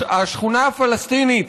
השכונה הפלסטינית,